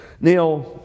Now